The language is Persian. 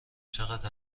چقدر